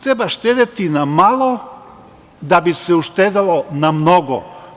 Treba štedeti na malo da bi se uštedelo na mnogo.